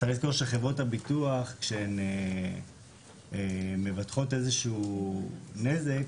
צריך לזכור שכשחברות הביטוח מבטחות איזשהו נזק,